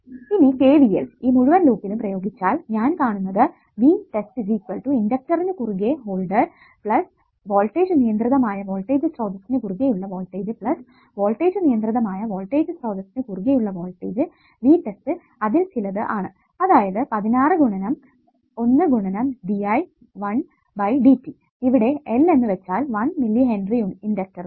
ഇനി KVL ഈ മുഴുവൻ ലൂപ്പിലും പ്രയോഗിച്ചാൽ ഞാൻ കാണുന്നത് V test ഇണ്ടക്ടറിനു കുറുകെ ഹോൾഡർ വോൾടേജ് നിയന്ത്രിതമായ വോൾടേജ് സ്രോതസ്സിനു കുറുകെ ഉള്ള വോൾടേജ് വോൾടേജ് നിയന്ത്രിതമായ വോൾടേജ് സ്രോതസ്സിനു കുറുകെ ഉള്ള വോൾടേജ് V test അതിൽ ചിലത് ആണ് അതായതു 16 ഗുണനം l ഗുണനം dI 1 ബൈ dt ഇവിടെ L എന്ന് വെച്ചാൽ 1 മില്ലി ഹെൻറി ഇണ്ടക്ടറുകൾ